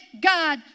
God